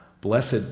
Blessed